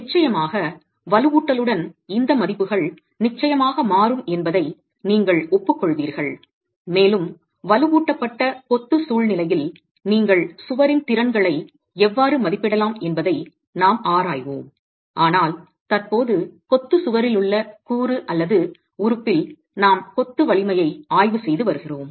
நிச்சயமாக வலுவூட்டலுடன் இந்த மதிப்புகள் நிச்சயமாக மாறும் என்பதை நீங்கள் ஒப்புக்கொள்வீர்கள் மேலும் வலுவூட்டப்பட்ட கொத்து சூழ்நிலையில் நீங்கள் சுவரின் திறன்களை எவ்வாறு மதிப்பிடலாம் என்பதை நாம் ஆராய்வோம் ஆனால் தற்போது கொத்து சுவரிலுள்ள கூறு அல்லது உறுப்பில் நாம் கொத்து வலிமையை ஆய்வு செய்து வருகிறோம்